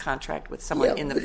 contract with somewhere in the